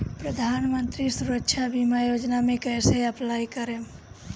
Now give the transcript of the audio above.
प्रधानमंत्री सुरक्षा बीमा योजना मे कैसे अप्लाई करेम?